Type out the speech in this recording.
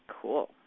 Cool